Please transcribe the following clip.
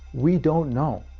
we don't know.